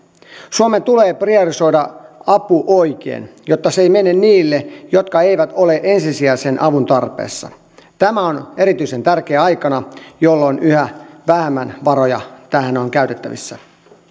suomen tulee priorisoida apu oikein jotta se ei mene niille jotka eivät ole ensisijaisen avun tarpeessa tämä on erityisen tärkeää aikana jolloin yhä vähemmän varoja tähän on käytettävissä arvoisa